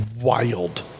wild